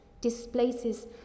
displaces